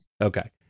okay